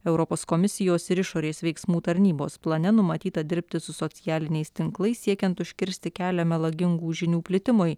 europos komisijos ir išorės veiksmų tarnybos plane numatyta dirbti su socialiniais tinklais siekiant užkirsti kelią melagingų žinių plitimui